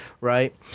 right